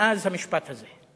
מאז המשפט הזה.